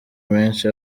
menshi